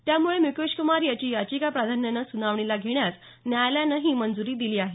त्यामुळे मुकेशकुमार याची याचिका प्राधान्यानं सुनावणीला घेण्यास न्यायालयानंही मंजुरी दिली आहे